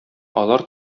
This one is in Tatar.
алар